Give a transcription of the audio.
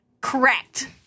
correct